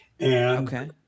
Okay